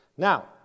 Now